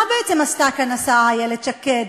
מה בעצם עשתה כאן השרה איילת שקד?